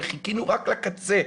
חיכינו רק לקצה,